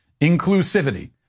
Inclusivity